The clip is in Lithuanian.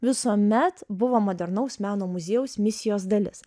visuomet buvo modernaus meno muziejaus misijos dalis